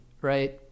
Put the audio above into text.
right –